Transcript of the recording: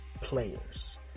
players